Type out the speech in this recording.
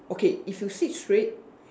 okay if you sit straight